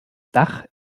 dach